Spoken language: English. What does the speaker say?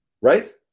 Right